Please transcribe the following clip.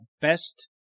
best